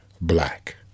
black